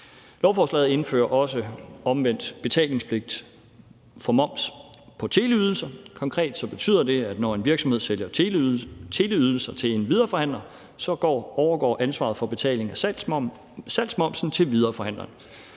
lovforslaget indføres også omvendt betalingspligt for moms på teleydelser. Konkret betyder det, at når en virksomhed sælger teleydelser til en videreforhandler, overgår ansvaret for betalingen af salgsmomsen til videreforhandleren.